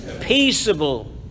peaceable